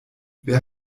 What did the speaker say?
wer